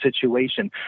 situation